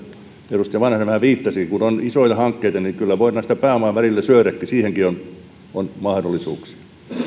edustaja vanhanen vähän viittasikin kun on isoja hankkeita kyllä voidaan sitä pääomaa välillä syödäkin siihenkin on on mahdollisuuksia